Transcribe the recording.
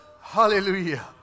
Hallelujah